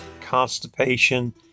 constipation